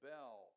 Bell